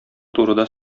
турыда